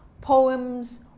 poems